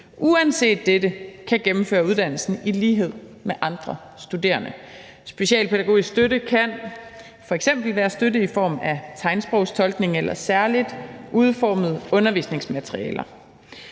uanset dette kan gennemføre uddannelsen i lighed med andre studerende. Specialpædagogisk støtte kan f.eks. være støtte i form af tegnsprogstolkning eller særligt udformede undervisningsmaterialer.